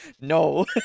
No